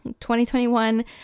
2021